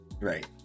right